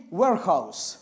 warehouse